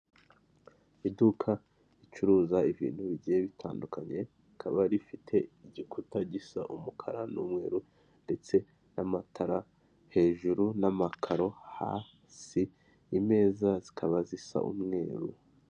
Iduka ricuruza ibintu bigiye bitandukanye rikaba rifite igikuta gisa umukara n'umweru ndetse n'amatara hejuru n'amakaro hasi, imeza zikaba zisa umweru.